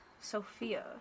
Sophia